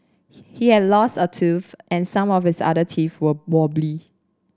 he had lost a tooth and some of his other teeth were wobbly